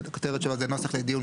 שהכותרת שלו היא: נוסח לדיון,